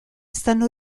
stanno